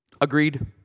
agreed